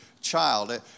child